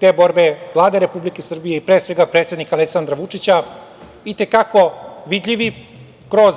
te borbe Vlade Republike Srbije, pre svega predsednika Aleksandra Vučića, i te kako vidljivi kroz